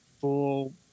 full